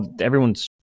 everyone's